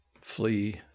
flee